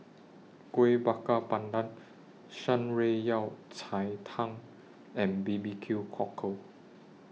Kuih Bakar Pandan Shan Rui Yao Cai Tang and B B Q Cockle